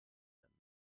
nennen